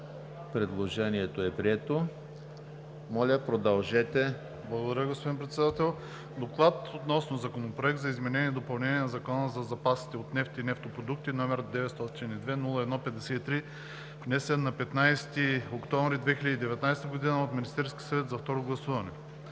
Предложението е прието. Моля, продължете. ДОКЛАДЧИК ВАЛЕНТИН НИКОЛОВ: Благодаря, господин Председател. „Доклад относно Законопроект за изменение и допълнение на Закона за запасите от нефт и нефтопродукти, № 902-01-53, внесен на 15 октомври 2019 г. от Министерския съвет, за второ гласуване.